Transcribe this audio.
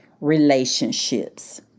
relationships